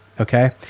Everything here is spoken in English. Okay